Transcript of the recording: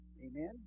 Amen